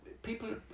People